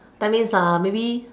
that means maybe